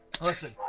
Listen